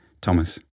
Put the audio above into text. Thomas